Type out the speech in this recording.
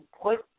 put